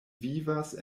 vivas